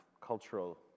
cultural